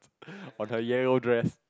on her yellow dress